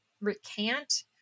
recant